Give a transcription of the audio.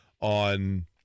on